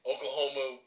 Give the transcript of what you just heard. Oklahoma